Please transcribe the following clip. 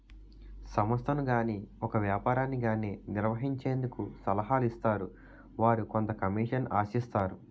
సంస్థను గాని ఒక వ్యాపారాన్ని గాని నిర్వహించేందుకు సలహాలు ఇస్తారు వారు కొంత కమిషన్ ఆశిస్తారు